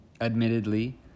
Admittedly